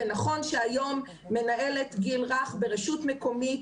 זה נכון שהיום מנהלת גיל רך ברשות מקומית,